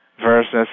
versus